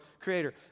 Creator